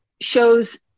shows